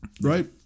right